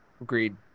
Agreed